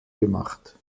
gemacht